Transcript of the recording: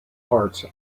hearts